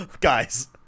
guys